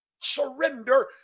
Surrender